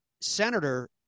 senator